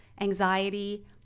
anxiety